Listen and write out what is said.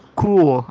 cool